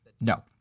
No